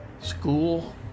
school